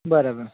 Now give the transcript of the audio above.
બરાબર